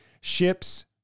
ships